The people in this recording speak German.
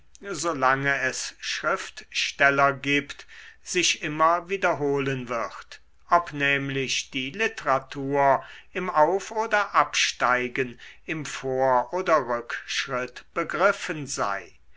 solange es schriftsteller gibt sich immer wiederholen wird ob nämlich die literatur im auf oder absteigen im vor oder rückschritt begriffen sei